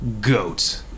goat